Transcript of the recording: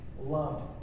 loved